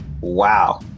Wow